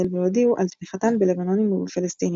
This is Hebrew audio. והודיעו על תמיכתן בלבנונים ובפלסטינים.